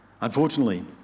Unfortunately